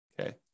okay